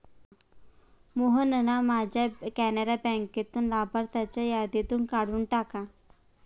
मोहनना माझ्या कॅनरा बँकेतून लाभार्थ्यांच्या यादीतून काढून टाका